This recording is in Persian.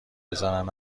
بزنن